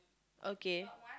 okay